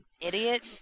idiot